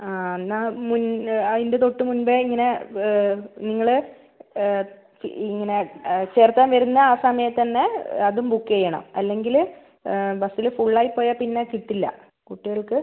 ആ എന്നാൽ മുൻ അതിന്റെ തൊട്ട് മുൻപേ ഇങ്ങനെ നിങ്ങൾ ഇങ്ങനെ ചേർക്കാൻ വരുന്ന ആ സമയത്തന്നെ അതും ബുക്ക് ചെയ്യണം അല്ലെങ്കിൽ ബസ്സിൽ ഫുൾ ആയിപ്പോയാൽ പിന്നെ കിട്ടില്ല കുട്ടികൾക്ക്